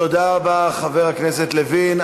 תודה רבה, חבר הכנסת לוין.